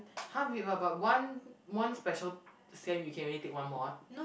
!huh! wait but but one one special sem you can only take one mod